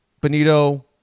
Benito